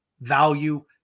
value